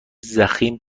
ضخیم